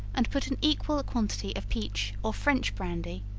and put an equal quantity of peach or french brandy,